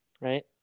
right